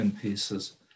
pieces